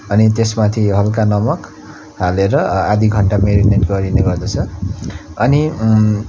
अनि त्यसमाथि हलका नमक हालेर आधि घन्टा मेरिनेट गरिने गर्दछ अनि